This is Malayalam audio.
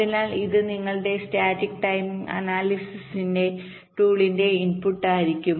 അതിനാൽ ഇത് നിങ്ങളുടെ സ്റ്റാറ്റിക് ടൈമിംഗ് അനാലിസിസ് ടൂളിന്റെ ഇൻപുട്ട് ആയിരിക്കും